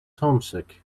homesick